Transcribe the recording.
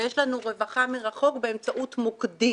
ויש לנו רווחה מרחוק באמצעות מוקדים.